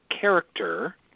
character